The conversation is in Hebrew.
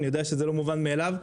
אני יודע שזה לא מובן מאליו,